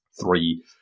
three